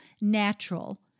natural